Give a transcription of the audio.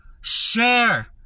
share